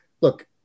Look